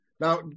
Now